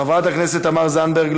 חברת הכנסת תמר זנדברג,